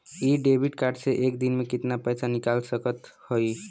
इ debit card से एक दिन मे कितना पैसा निकाल सकत हई?